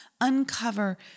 uncover